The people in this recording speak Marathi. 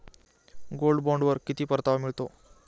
गोल्ड बॉण्डवर किती परतावा मिळतो?